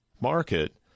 market